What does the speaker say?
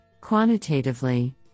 Quantitatively